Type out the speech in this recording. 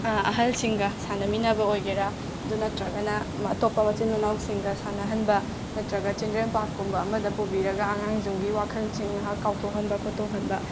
ꯑꯍꯜꯁꯤꯡꯒ ꯁꯥꯟꯅꯃꯤꯟꯅꯕ ꯑꯣꯏꯒꯦꯔꯥ ꯑꯗꯨ ꯅꯠꯇ꯭ꯔꯒꯅ ꯑꯇꯣꯞꯄ ꯃꯆꯤꯟ ꯃꯅꯥꯎꯁꯤꯡꯒ ꯁꯥꯟꯅꯍꯟꯕ ꯅꯠꯇ꯭ꯔꯒ ꯆꯤꯟꯗ꯭ꯔꯦꯟ ꯄꯥꯛꯀꯨꯝꯕ ꯑꯃꯗ ꯄꯨꯕꯤꯔꯒ ꯑꯉꯥꯡꯗꯨꯒꯤ ꯋꯥꯈꯜꯁꯤꯡ ꯉꯩꯍꯥꯛ ꯀꯥꯎꯊꯣꯛꯍꯟꯕ ꯈꯣꯠꯇꯣꯛꯍꯟꯕ